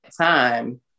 time